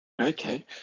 Okay